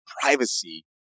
privacy